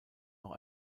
noch